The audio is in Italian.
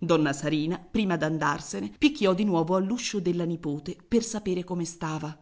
donna sarina prima d'andarsene picchiò di nuovo all'uscio della nipote per sapere come stava